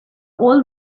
all